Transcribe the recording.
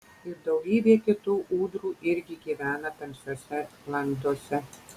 ir daugybė kitų ūdrų irgi gyvena tamsiose landose